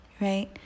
right